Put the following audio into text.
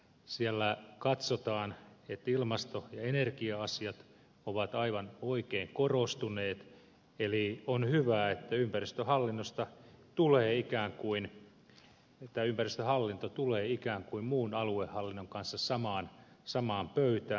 siellä katsotaan että ilmasto ja energia asiat ovat aivan oikein korostuneet eli on hyvä että ympäristöhallinto tulee ikään kuin muun aluehallinnon kanssa samaan pöytään